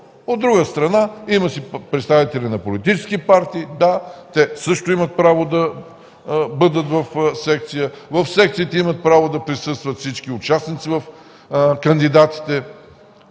От друга страна, има си представители на политически партии. Да, те също имат право да бъдат в секция. В секциите имат право да присъстват всички участници, кандидатите.